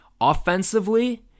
offensively